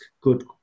good